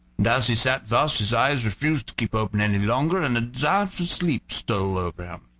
and as he sat thus his eyes refused to keep open any longer, and a desire to sleep stole over him.